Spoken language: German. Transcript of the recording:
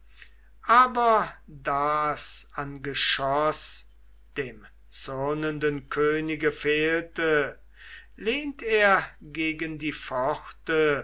aber da's an geschoß dem zürnenden könige fehlte lehnt er gegen die pfosten